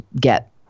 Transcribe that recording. get